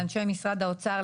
לאנשי משרד האוצר,